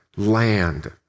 Land